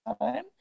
time